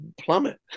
plummet